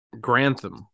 Grantham